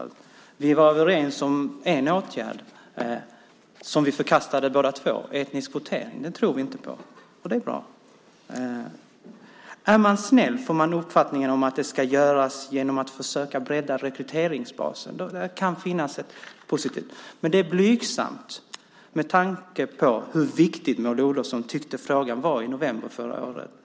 Vi var överens om en åtgärd som vi båda förkastade, nämligen etnisk kvotering. Det tror vi inte på, och det är bra. Är man snäll får man uppfattningen att detta ska göras genom att försöka bredda rekryteringsbasen. Där kan finnas något positivt. Men det är blygsamt med tanke på hur viktig Maud Olofsson tyckte att frågan var i november förra året.